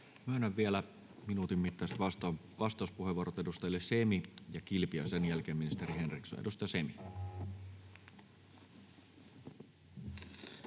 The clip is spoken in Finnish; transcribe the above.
Annan vielä minuutin mittaiset vastauspuheenvuorot edustajille Semi ja Kilpi, ja sen jälkeen ministeri Henriksson. — Edustaja Semi.